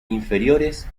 inferiores